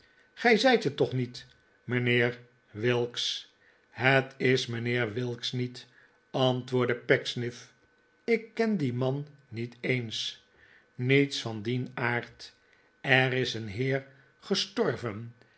gij zijt het toch niet mijnheer whilks het is mijnheer whilks niet antwoordde pecksniff ik ken dien man niet eens niets van dien aard er is een heer gestorven